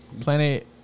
Planet